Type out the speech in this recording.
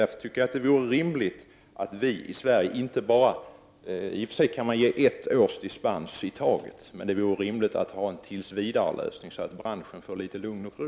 Men jag tycker att det vore rimligt att vi i Sverige kunde uppnå en tills vidare-lösning, så att branschen får litet lugn och ro.